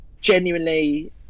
Genuinely